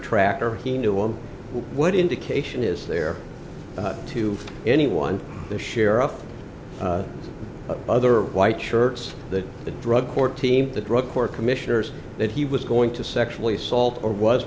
tractor he knew one what indication is there to anyone the sheriff the other white shirts that the drug court team the drug court commissioners that he was going to sexually assault or was